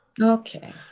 Okay